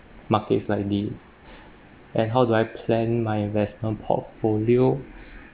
market slightly and how do I plan my investment portfolio